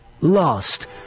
Lost